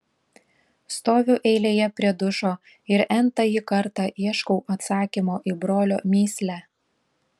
stoviu eilėje prie dušo ir n tąjį kartą ieškau atsakymo į brolio mįslę